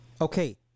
Okay